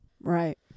Right